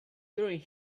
during